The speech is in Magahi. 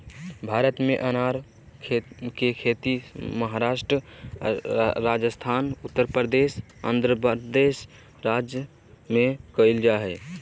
भारत में अनार के खेती महाराष्ट्र, राजस्थान, उत्तरप्रदेश, आंध्रप्रदेश राज्य में कैल जा हई